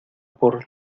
por